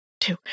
two